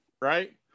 right